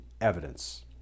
evidence